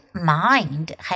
mind